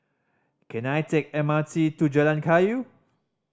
can I take M R T to Jalan Kayu